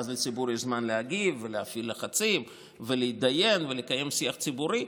ואז לציבור יש זמן להגיב ולהפעיל לחצים ולהידיין ולקיים שיח ציבורי.